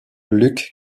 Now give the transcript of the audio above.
luke